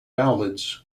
ballads